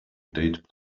date